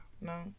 No